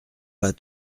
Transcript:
pas